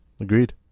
Agreed